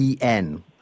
en